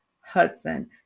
Hudson